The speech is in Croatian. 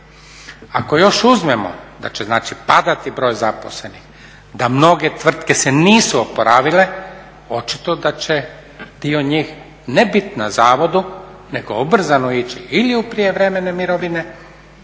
Ako još uzmemo da će znači padati broj zaposlenih, da mnoge tvrtke se nisu oporavile, očito da će dio njih ne biti na zavodu, nego ubrzano ići ili u prijevremene mirovine